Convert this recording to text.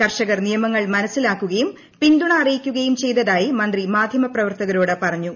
കർഷകർ നിയമങ്ങൾ മനസിലാക്കുകയും പിന്തുണ അറിയിക്കുകയും ചെയ്തതായി മന്ത്രി മാധ്യമ പ്രവർത്തകരോട് പറഞ്ഞു